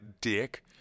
dick